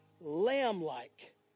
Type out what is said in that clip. lamb-like